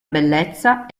bellezza